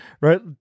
right